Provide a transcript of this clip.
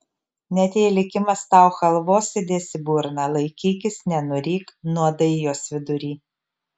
net jei likimas tau chalvos įdės į burną laikykis nenuryk nuodai jos vidury